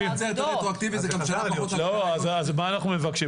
אז אני מדייק יותר את מה שאנחנו מבקשים